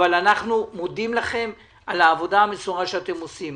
אבל אנחנו מודים לכם על העבודה המסורה שאתם עושים.